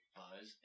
buzz